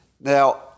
Now